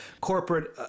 corporate